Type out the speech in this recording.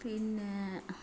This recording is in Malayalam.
പിന്നെ